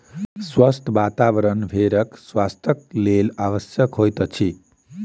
स्वच्छ वातावरण भेड़क स्वास्थ्यक लेल आवश्यक होइत अछि